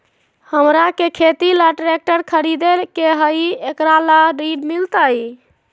हमरा के खेती ला ट्रैक्टर खरीदे के हई, एकरा ला ऋण मिलतई?